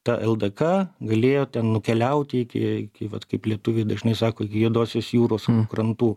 ta ldk galėjo ten nukeliauti iki vat kaip lietuviai dažnai sako iki juodosios jūros krantų